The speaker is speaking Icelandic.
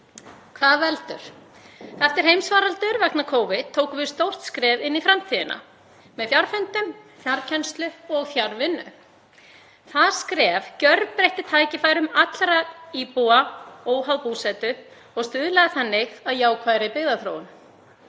Hvað veldur? Eftir heimsfaraldur vegna Covid tókum við stórt skref inn í framtíðina með fjarfundum, fjarkennslu og fjarvinnu. Það skref gjörbreytti tækifærum allra íbúa óháð búsetu og stuðlaði þannig að jákvæðri byggðaþróun.